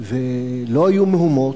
ולא היו מהומות.